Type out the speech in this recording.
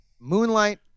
moonlight